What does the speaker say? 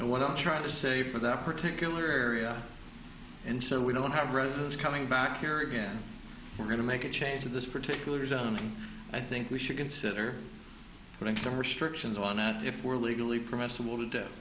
and what i'm trying to say for that particular area and so we don't have rises coming back here again we're going to make a change to this particular zone and i think we should consider putting some restrictions on that if we're legally permissible to d